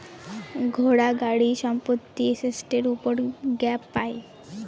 ঘোড়া, গাড়ি, সম্পত্তি এসেটের উপর গ্যাপ পাই